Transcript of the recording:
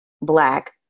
black